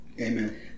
Amen